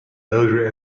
elder